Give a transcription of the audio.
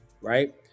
right